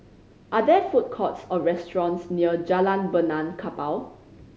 are there food courts or restaurants near Jalan Benaan Kapal